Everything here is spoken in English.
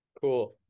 cool